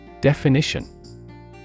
Definition